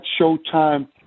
Showtime